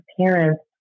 parents